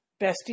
Bestie